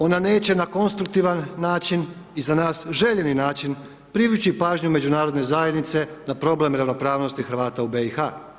Ona neće na konstruktivan način i za nas željeni način privući pažnju međunarodne zajednice na problem ravnopravnosti Hrvata u BiH.